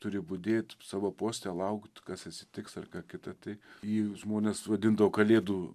turi budėt savo poste laukt kas atsitiks ar ką kita tai į žmonės vadindavo kalėdų